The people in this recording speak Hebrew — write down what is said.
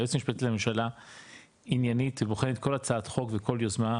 היועצת המשפטית לממשלה עניינית ובוחנת כל הצעת חוק וכל יוזמה,